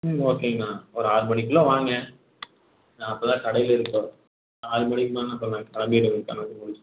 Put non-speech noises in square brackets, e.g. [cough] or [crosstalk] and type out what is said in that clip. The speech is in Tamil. ஓகேங்கண்ணா ஒரு ஆறு மணிக்குள்ளே வாங்க நான் அப்போ தான் கடையில் இருப்பேன் ஆறு மணிக்கு மேலேன்னா அப்போ நான் கிளம்பிருவேன் [unintelligible]